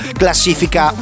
classifica